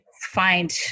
find